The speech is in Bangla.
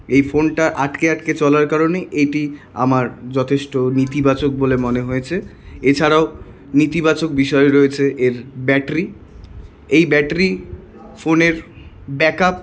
এই ফোনটা আটকে আটকে চলার কারণে এইটি আমার যথেষ্ট নেতিবাচক বলে মনে হয়েছে এছাড়াও নেতিবাচক বিষয়ে রয়েছে এর ব্যাটারি এই ব্যাটারি ফোনের ব্যাকআপ